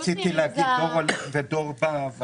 רציתי להגיד דור הולך ודור בא,